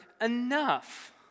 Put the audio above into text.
enough